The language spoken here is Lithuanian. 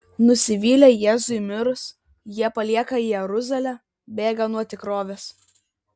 nusivylę jėzui mirus jie palieka jeruzalę bėga nuo tikrovės